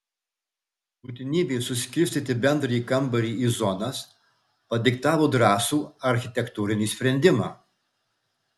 būtinybė suskirstyti bendrąjį kambarį į zonas padiktavo drąsų architektūrinį sprendimą